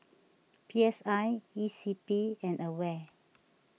P S I E C P and Aware